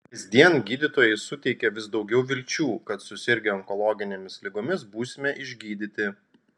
kasdien gydytojai suteikia vis daugiau vilčių kad susirgę onkologinėmis ligomis būsime išgydyti